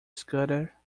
scudder